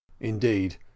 Indeed